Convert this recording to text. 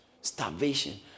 starvation